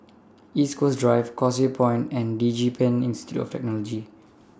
East Coast Drive Causeway Point and Digipen Institute of Technology